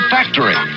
Factory